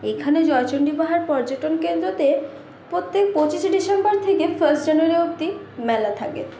এখানে জয়চন্ডী পাহাড় পর্যাটন কেন্দ্রতে প্রত্যেক পঁচিশে ডিসেম্বর থেকে ফাস্ট জানুয়ারি অবধি মেলা থাকে